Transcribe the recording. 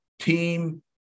team